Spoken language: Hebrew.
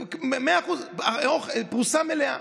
100%, פרוסה מלאה,